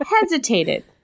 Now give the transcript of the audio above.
hesitated